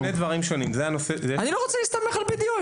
אני לא רוצה להסתמך על ה-BDO.